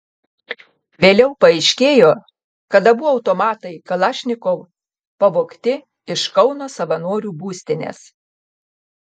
vėliau paaiškėjo kad abu automatai kalašnikov pavogti iš kauno savanorių būstinės